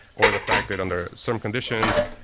or the fact that under some conditions,